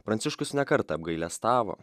pranciškus ne kartą apgailestavo